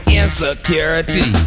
insecurity